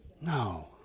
No